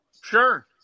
Sure